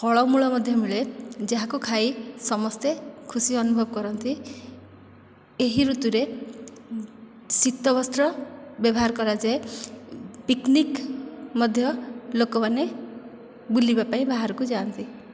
ଫଳମୂଳ ମଧ୍ୟ ମିଳେ ଯାହାକୁ ଖାଇ ସମସ୍ତେ ଖୁସି ଅନୁଭବ କରନ୍ତି ଏହି ଋତୁରେ ଶୀତ ବସ୍ତ୍ର ବ୍ୟବହାର କରାଯାଏ ପିକ୍ନିକ୍ ମଧ୍ୟ ଲୋକମାନେ ବୁଲିବା ପାଇଁ ବାହାରକୁ ଯାଆନ୍ତି